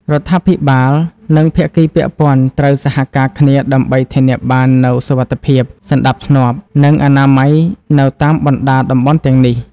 រដ្ឋាភិបាល និងភាគីពាក់ព័ន្ធត្រូវសហការគ្នាដើម្បីធានាបាននូវសុវត្ថិភាព សណ្តាប់ធ្នាប់ និងអនាម័យនៅតាមបណ្តាតំបន់ទាំងនេះ។